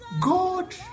God